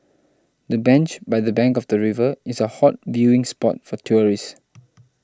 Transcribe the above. the bench by the bank of the river is a hot viewing spot for tourists